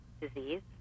disease